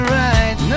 right